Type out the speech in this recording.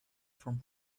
from